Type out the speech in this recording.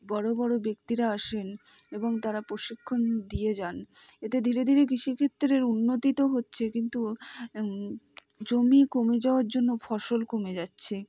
বড়ো বড়ো ব্যক্তিরা আসেন এবং তারা প্রশিক্ষণ দিয়ে যান এতে ধীরে ধীরা কৃষিক্ষেত্রের উন্নতিতো হচ্ছে কিন্তু জমি কমে যাওয়ার জন্য ফসল কমে যাচ্ছে